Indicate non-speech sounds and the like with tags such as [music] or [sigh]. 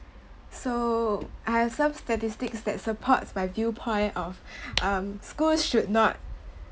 so I have some statistics that supports my view point of [breath] um schools should not